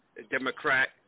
Democrat